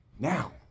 Now